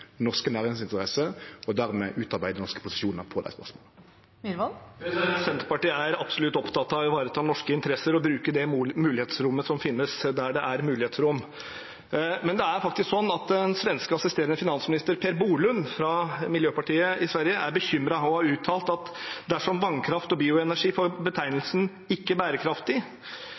norske næringsinteresser, og utarbeider dermed norske posisjonar på dei spørsmåla. Ole André Myhrvold – til oppfølgingsspørsmål. Senterpartiet er absolutt opptatt av å ivareta norske interesser og bruke det mulighetsrommet som finnes, der det er mulighetsrom. Men det er faktisk sånn at assisterende finansminister i Sverige, Per Bolund fra Miljøpartiet, er bekymret og har uttalt at dersom vannkraft og bioenergi får betegnelsen